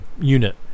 unit